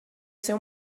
ser